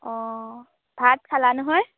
অঁ ভাত খালা নহয়